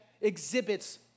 exhibits